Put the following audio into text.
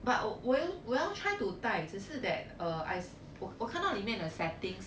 but 我我要 try to 带只是 that uh I 我看到里面的 settings